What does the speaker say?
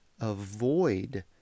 avoid